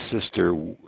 sister